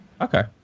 Okay